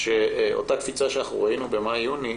שאותה קפיצה שאנחנו ראינו במאי-יוני,